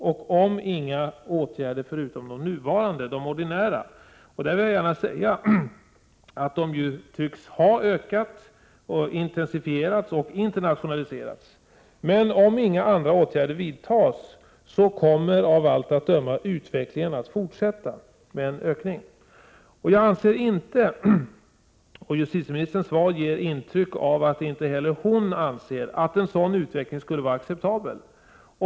Om inga åtgärder förutom de nuvarande, de ordinära, vidtas — jag vill gärna säga att dessa har intensifierats och internationaliserats —, kommer av allt att döma utvecklingen att fortsätta mot en ökning av narkotikabruket. Jag anser inte att en sådan utveckling skulle vara acceptabel, och justitieministerns svar ger intryck av att inte heller hon anser det.